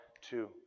two